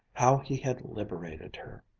how he had liberated her!